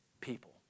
people